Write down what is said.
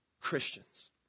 Christians